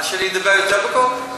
אז שאני אדבר יותר בקול?